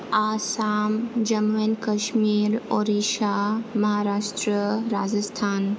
Assam Jammu and Kashmir Orissa Maharashtra Rajasthan